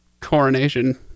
coronation